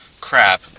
crap